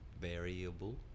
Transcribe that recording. variable